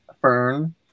Fern